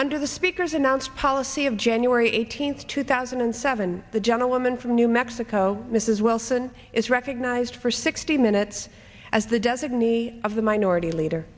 under the speaker's announced policy of january eighteenth two thousand and seven the gentlewoman from new mexico mrs wilson is recognized for sixty minutes as the designee of the minority leader